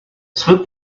split